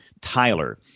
Tyler